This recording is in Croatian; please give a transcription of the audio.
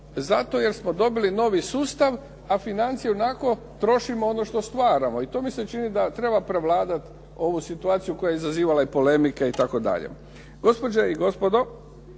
Zato jer smo dobili novi sustav a financije onako trošimo ono što stvaramo. I to mi se čini da treba prevladavati ovu situaciju koja je izazivala polemike itd.